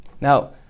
Now